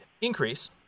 increase